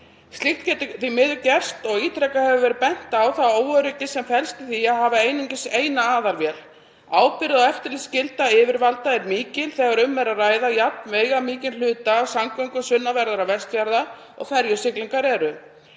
Slíkt getur því miður gerst og ítrekað hefur verið bent á það óöryggi sem felst í því að hafa einungis eina aðalvél. Ábyrgð og eftirlitsskylda yfirvalda er mikil þegar um er að ræða jafn veigamikinn hluta af samgöngum sunnanverðra Vestfjarða og ferjusiglingar eru.